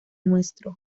nuestro